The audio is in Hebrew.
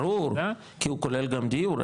ברור, כי הוא כולל גם דיור.